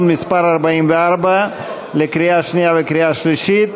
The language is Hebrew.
77 בעד, שלושה מתנגדים ואין נמנעים.